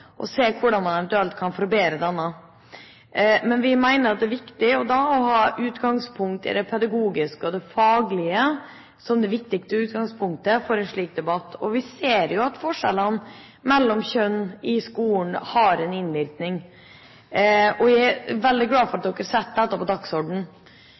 å se ting på – å se klasseinndeling med nye, friske øyne, og se hvordan man eventuelt kan forbedre denne. Vi mener det er viktig å ta utgangspunkt i det pedagogiske og det faglige i en slik debatt, og vi ser at forskjellene mellom kjønn i skolen har innvirkning. Jeg er veldig glad for